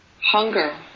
Hunger